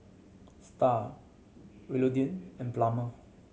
Starr Willodean and Plummer